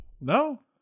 no